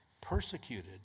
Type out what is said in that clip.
persecuted